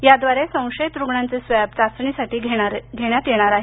याद्वारे संशयित रुग्णांचे स्वॅब चाचणीसाठी घेण्यात येणार आहेत